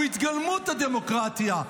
הוא התגלמות הדמוקרטיה,